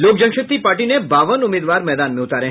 लोक जनशक्ति पार्टी ने बावन उम्मीदवार मैदान में उतारे